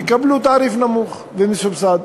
יקבלו תעריף נמוך ומסובסד.